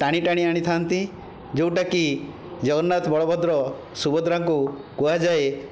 ଟାଣି ଟାଣି ଆଣିଥାନ୍ତି ଯେଉଁଟାକି ଜଗନ୍ନାଥ ବଳଭଦ୍ର ସୁଭଦ୍ରାଙ୍କୁ କୁହାଯାଏ